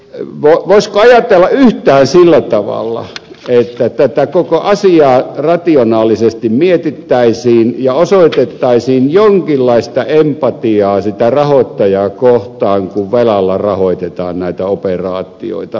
voisiko ajatella yhtään sillä tavalla että tätä koko asiaa rationaalisesti mietittäisiin ja osoitettaisiin jonkinlaista empatiaa sitä rahoittajaa kohtaan kun velalla rahoitetaan näitä operaatioita